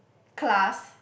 class